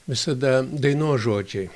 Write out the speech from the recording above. visada dainos žodžiai